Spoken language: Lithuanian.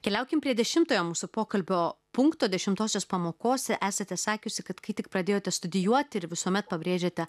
keliaukim prie dešimtojo mūsų pokalbio punkto dešimtosios pamokos esate sakiusi kad kai tik pradėjote studijuoti ir visuomet pabrėžiate